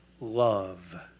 love